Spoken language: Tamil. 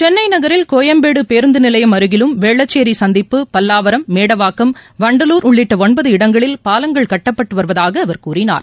சென்னை நகரில் கோயம்பேடு பேருந்து நிலையம் அருகிலும் வேளச்சேரி சந்திப்பு பல்லாவரம் மேடவாக்கம் வண்டலூர் உள்ளிட்ட ஒன்பது இடங்களில் பாலங்கள் கட்டப்பட்டு வருவதாக அவர் கூறினார்